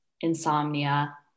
insomnia